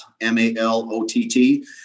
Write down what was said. M-A-L-O-T-T